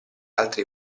altre